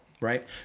Right